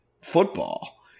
football